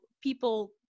people